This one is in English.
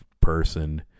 person